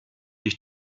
ich